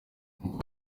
uko